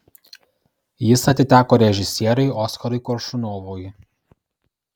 jis atiteko režisieriui oskarui koršunovui